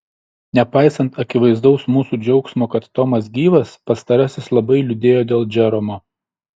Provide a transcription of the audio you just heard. nepaisant akivaizdaus mūsų džiaugsmo kad tomas gyvas pastarasis labai liūdėjo dėl džeromo